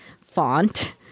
font